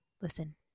listen